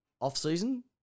off-season